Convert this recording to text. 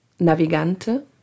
Navigante